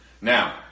now